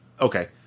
Okay